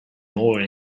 more